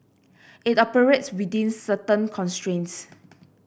it operates within certain constraints